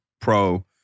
pro